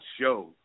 show